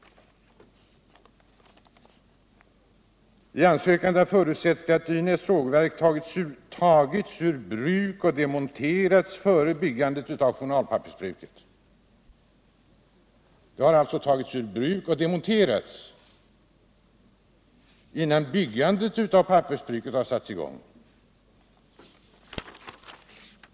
I ansökan förutsätts att Dynäs sågverk tagits ur bruk och demonterats före byggandet av journalpappersbruket. Det har alltså tagits ur bruk och demonterats, innan byggandet av pappersbruket har satts i gång.